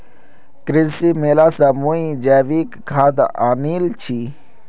कृषि मेला स मुई जैविक खाद आनील छि